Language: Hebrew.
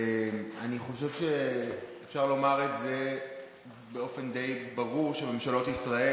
אני חושב שאפשר לומר באופן די ברור שממשלות ישראל,